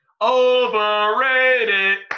Overrated